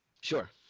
Sure